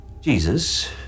Jesus